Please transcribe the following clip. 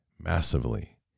massively